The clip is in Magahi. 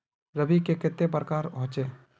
रवि के कते प्रकार होचे?